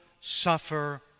suffer